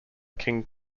king